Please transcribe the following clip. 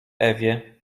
ewie